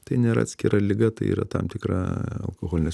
tai nėra atskira liga tai yra tam tikra alkoholinės